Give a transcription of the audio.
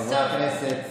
חברי הכנסת.